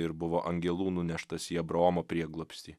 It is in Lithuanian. ir buvo angelų nuneštas į abraomo prieglobstį